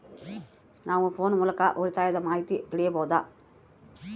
ನಾವು ಫೋನ್ ಮೂಲಕ ಉಳಿತಾಯದ ಮಾಹಿತಿ ತಿಳಿಯಬಹುದಾ?